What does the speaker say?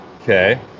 Okay